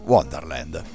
Wonderland